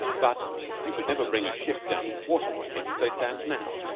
but you could never bring a ship down to the water-ways, as they stand now.